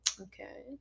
okay